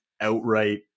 outright